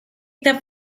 that